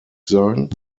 sein